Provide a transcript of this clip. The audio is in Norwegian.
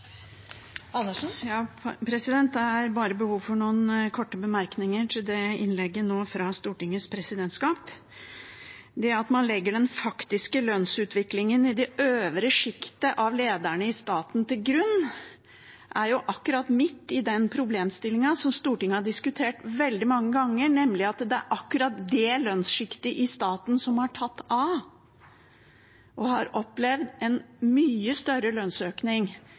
behov for noen korte bemerkninger til innlegget nå fra Stortingets presidentskap. Det at man legger den faktiske lønnsutviklingen i det øvre sjiktet av lederne i staten til grunn, er jo akkurat midt i den problemstillingen som Stortinget har diskutert veldig mange ganger, nemlig at det er akkurat det lønnssjiktet i staten som har tatt av. De har opplevd en mye større lønnsøkning